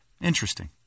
interesting